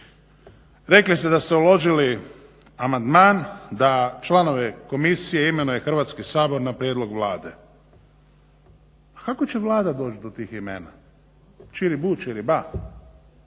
Rekli ste da ste uložili amandman da članove komisije imenuje Sabor na prijedlog Vlade. Pa kako će Vlada doći do tih imena. Ćiribu-ćiriba.